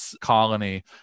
colony